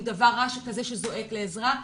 משהו רע שזועק לעזרה.